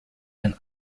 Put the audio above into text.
ein